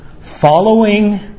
Following